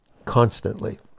constantly